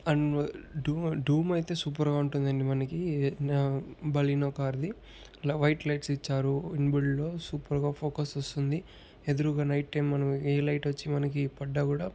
and డూమ్ డూమ్ అయితే సూపర్ గా ఉంటుందండి మనకి నా Baleno car the white lights ఇచ్చారు ఇన్ బుల్డ్ లో సూపర్ గా ఫోకస్ వస్తుంది ఎదురుగా నైట్ టైం మనము ఏ లైట్ వచ్చి మనకి పడ్డా కూడా